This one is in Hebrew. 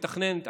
מתכננת,